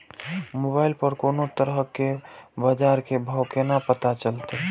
Mobile पर कोनो तरह के बाजार के भाव केना पता चलते?